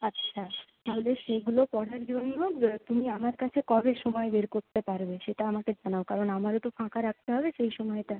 আচ্ছা তাহলে সেইগুলো পড়ার জন্য তুমি আমার কাছে কবে সময় বের করতে পারবে সেটা আমাকে জানাও কারণ আমারও তো ফাঁকা রাখতে হবে সেই সময়টা